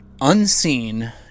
Unseen